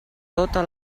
tota